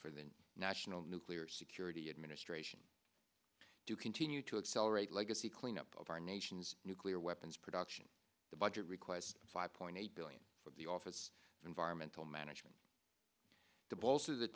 for the national nuclear security administration to continue to accelerate legacy clean up of our nation's nuclear weapons production the budget requests five point eight billion for the office of environmental management to bolster the